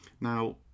Now